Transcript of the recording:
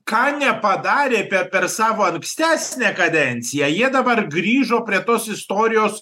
ką nepadarė pe per savo ankstesnę kadenciją jie dabar grįžo prie tos istorijos